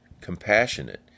Compassionate